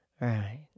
Right